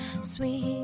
sweet